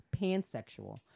pansexual